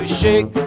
shake